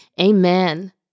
amen